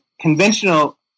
conventional